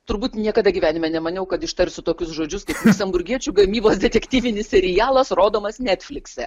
turbūt niekada gyvenime nemaniau kad ištarsiu tokius žodžius ų gamybos detektyvinis serialas rodomas netflikse